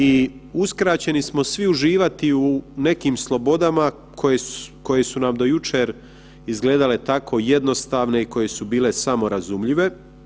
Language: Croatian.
I uskraćeni smo svi uživati u nekim slobodama koje su nam do jučer izgledale tako jednostavno i koje su bile samorazumljive.